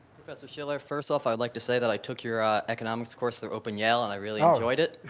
professor shiller, first off, i would like to say that i took your economics course through open yale oh. and i really um enjoyed it.